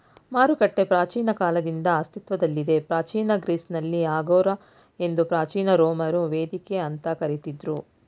ಮಾರುಕಟ್ಟೆ ಪ್ರಾಚೀನ ಕಾಲದಿಂದ ಅಸ್ತಿತ್ವದಲ್ಲಿದೆ ಪ್ರಾಚೀನ ಗ್ರೀಸ್ನಲ್ಲಿ ಅಗೋರಾ ಎಂದು ಪ್ರಾಚೀನ ರೋಮರು ವೇದಿಕೆ ಅಂತ ಕರಿತಿದ್ರು